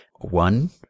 One